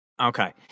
Okay